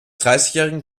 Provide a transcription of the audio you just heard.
dreißigjährigen